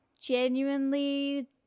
genuinely